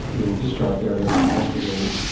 they were discharged earlier from hospital,